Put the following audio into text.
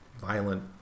violent